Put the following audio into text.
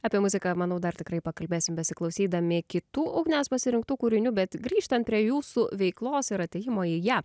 apie muziką manau dar tikrai pakalbėsim besiklausydami kitų ugnės pasirinktų kūrinių bet grįžtant prie jūsų veiklos ir atėjimo į ją